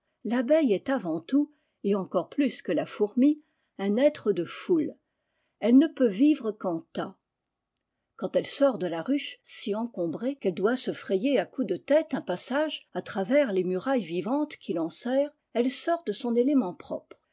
l'abeille est avant tout et encore plus que la fourmi im être de foule elle ne peut vivre qu'en tas quand elle sort de la ruche si encombrée qu'elle doit se frayer à coups de tête un passage à travers les murailles vivantes qui l'enserrent elle sort de son élément propre